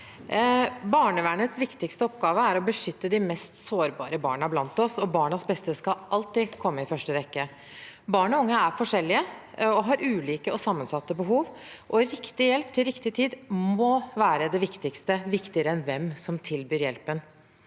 Barnevernets viktigste oppgave er å beskytte de mest sårbare barna blant oss, og barnas beste skal alltid komme i første rekke. Barn og unge er forskjellige og har ulike og sammensatte behov, og riktig hjelp til riktig tid må være det viktigste, viktigere enn hvem som tilbyr hjelpen.